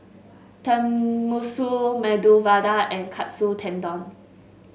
Tenmusu Medu Vada and Katsu Tendon